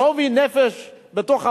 שוֹוי נפש בתוך הבית,